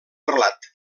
relat